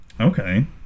Okay